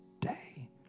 day